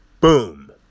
Boom